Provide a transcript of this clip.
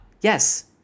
Yes